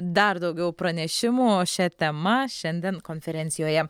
dar daugiau pranešimų šia tema šiandien konferencijoje